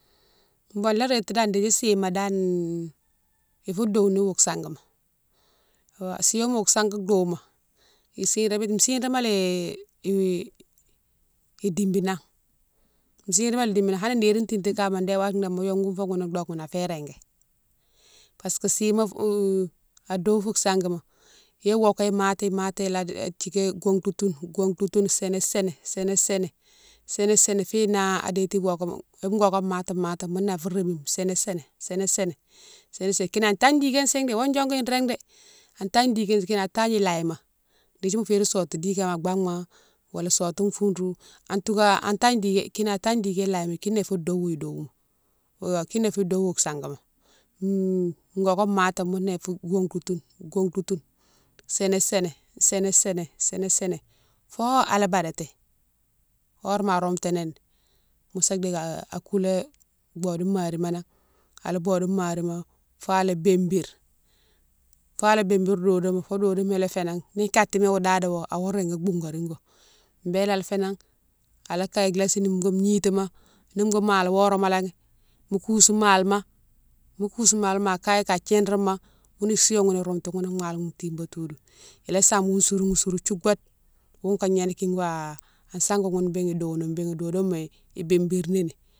Bon la réti dane dékdi sima dane ifou douil ni wo sanguima, siyoma o sangui douilma ichig-ré, chig-réma lé idibinan, chig-réma lé idibinan hanni niri tineti kama dé watine dé mo yongou fo ghounne dokoughoune afé régui parce que sima fou ado fou sanguima yé woké mati- mati lé a thigué gontoutoune- gontoutoune sini- sini, sini- sini sini fine na détini wogoma, yé wogone mati- mati mounné afou rémine sini- sini- sini- sini- sini- sini kinan a tagne diké sighe dé awa diongouni réghe dé, an tagne diké, kinan tagne lahima dékdi mo férine sotou dikéma an baghma, wala sotou fourou antouka an tagne diké, kinan a tagne diké lahima kiné fé dowou wo douilma, o kiné dowou wo sanguima, wogane mati mounné ifou wongoutoune- wongoutoune sini- sini- sini- sini- sini- sini fo ala badati horéma a roumtini ni mo thike akoulé bode marima nan ala bode marima fo ala bimbire, fo ala bimbire dodoma, fo dodoma la fénan ni katima wo dadawo awo régui bougarigo bélé ala fénan ala kaye lasinigo gnitima ni boughoune mali horéma lé mo kousou malima, mo kousi malima ma kaye ka thirine ma ghounou sighone ghoune i roumtou ghoune mali ghoune tibade toudou ila same ghoune sourou ni sourou thioubate ghoune ka gnéné kine wa sangui ghoune mbéne idouilni mbéne dodoma ibimbire nini.